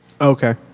Okay